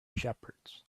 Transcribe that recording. shepherds